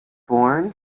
born